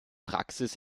praxis